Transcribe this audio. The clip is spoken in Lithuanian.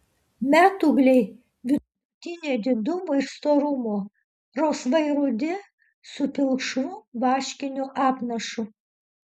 metūgliai vidutinio didumo ir storumo rausvai rudi su pilkšvu vaškiniu apnašu